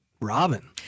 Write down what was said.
Robin